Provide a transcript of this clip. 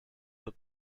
the